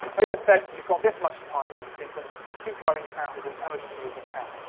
they just said, you've got this much time in the sequence, keep driving south as intelligently as you can.